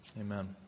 Amen